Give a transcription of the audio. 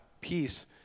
peace